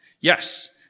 Yes